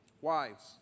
Wives